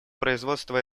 производство